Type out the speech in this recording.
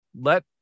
Let